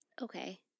Okay